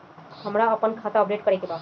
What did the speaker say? हमरा आपन खाता अपडेट करे के बा